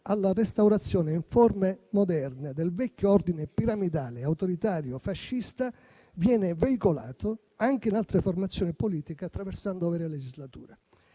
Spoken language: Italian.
alla restaurazione, in forme moderne, del vecchio ordine piramidale e autoritario fascista viene veicolato anche in altre formazioni politiche, attraversando varie legislature.